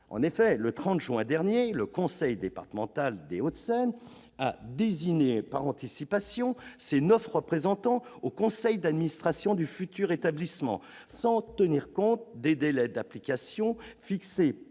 Le 30 juin dernier, le conseil départemental des Hauts-de-Seine a désigné par anticipation ses neuf représentants au conseil d'administration du futur établissement sans tenir compte des délais d'application fixés